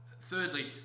Thirdly